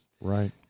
Right